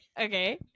okay